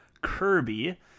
Kirby